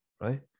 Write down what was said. right